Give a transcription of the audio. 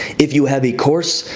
if you have a course,